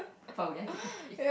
but we're getting paid